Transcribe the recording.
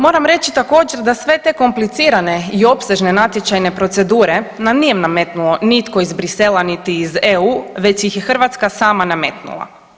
Moram reći također da sve te komplicirane i opsežne natječajne procedure nam nije nametnuo nitko iz Bruxellesa niti iz EU već ih je Hrvatska sama nametnula.